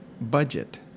budget